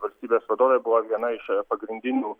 valstybės vadovė buvo viena iš pagrindinių